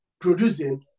producing